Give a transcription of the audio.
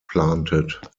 planted